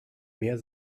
mehr